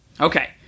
Okay